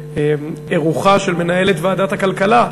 באירוחה של מנהלת ועדת הכלכלה,